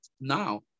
now